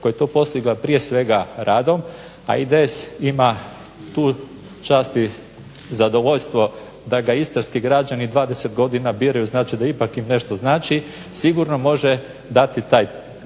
koja je to postigla prije svega radom, a IDS ima tu čast i zadovoljstvo da ga istarski građani biraju, znači da ipak im nešto znači. Sigurno može dati dakle